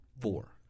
Four